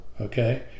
okay